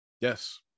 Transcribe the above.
Yes